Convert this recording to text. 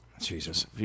Jesus